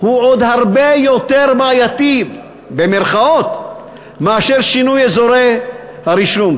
הוא עוד הרבה יותר "בעייתי" משינוי אזורי הרישום.